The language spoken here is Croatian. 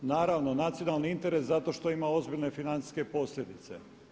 Naravno nacionalni interes zato što ima ozbiljne financijske posljedice.